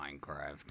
Minecraft